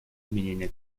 изменения